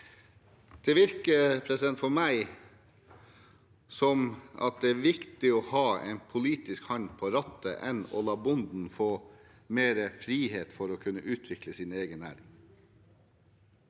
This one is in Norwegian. Det virker for meg som at det er viktigere å ha en politisk hånd på rattet enn å la bonden få mer frihet til å kunne utvikle sin egen næring.